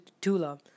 Tula